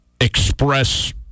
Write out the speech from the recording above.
express